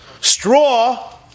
Straw